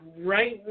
right